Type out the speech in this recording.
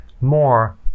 more